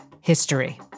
history